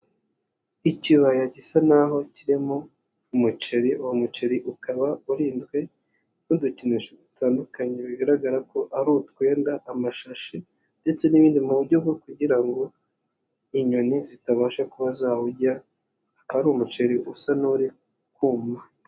Ikibaya gisa naho kirimo umuceri, uwo muceri ukaba urinzwe n'udukinisho dutandukanye bigaragara ko ari utwenda, amashashi ndetse n'ibindi mu buryo bwo kugira ngo inyoni zitabasha kuba zawurya, akaba ari umuceri usa n'uri kuma.